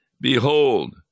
Behold